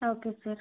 okay sir